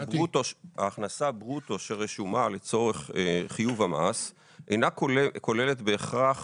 ברוטו שרשומה לצורך חיוב המס אינה כוללת בהכרח